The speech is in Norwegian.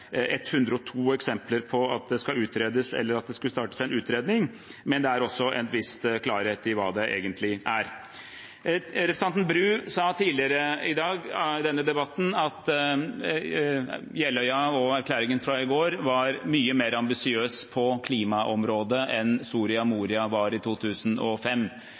102 eksempler på at noe skal utredes, eller at det skal startes en utredning, men det er også en viss klarhet i hva det egentlig er som gjelder. Representanten Bru sa i denne debatten tidligere i dag at Jeløya og erklæringen fra i går var mye mer ambisiøs på klimaområdet enn hva Soria Moria var i 2005.